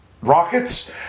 rockets